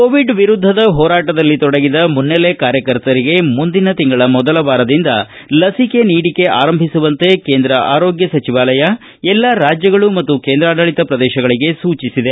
Covid ವಿರುದ್ಧದ ಹೋರಾಟದಲ್ಲಿ ತೊಡಗಿದ ಮುನ್ನೆಲೆ ಕಾರ್ಯಕರ್ತರಿಗೆ ಮುಂದಿನ ತಿಂಗಳ ಮೊದಲ ವಾರದಿಂದ ಲಸಿಕೆ ನೀಡಿಕೆ ಆರಂಭಿಸುವಂತೆ ಕೇಂದ್ರ ಆರೋಗ್ಯ ಸಚಿವಾಲಯ ಎಲ್ಲಾ ರಾಜ್ಯಗಳು ಮತ್ತು ಕೇಂದ್ರಾಡಳಿತ ಪ್ರದೇಶಗಳಿಗೆ ಸೂಚಿಸಿದೆ